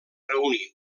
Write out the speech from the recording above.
reunir